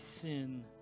sin